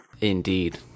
Indeed